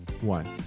One